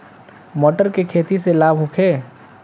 मटर के खेती से लाभ होखे?